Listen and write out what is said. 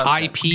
ip